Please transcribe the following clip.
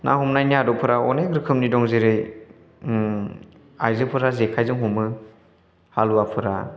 ना हमनायनि आदबफोरा अनेक रोखोमनि दं जेरै आइजोफोरा जेखायजों हमो हालुवाफोरा